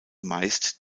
meist